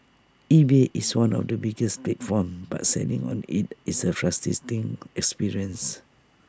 eBay is one of the biggest platforms but selling on IT is A experience